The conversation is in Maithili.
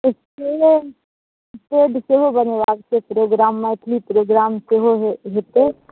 स्टेज स्टेज सेहो बनेबाक छै प्रोग्राम मैथिली प्रोग्राम सेहो हेतै